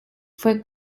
fue